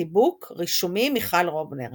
חיבוק, רישומים מיכל רובנר,